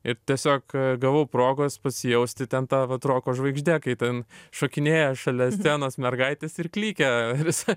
ir tiesiog gavau progos pasijausti ten ta vat roko žvaigžde kai ten šokinėja šalia scenos mergaitės ir klykia visa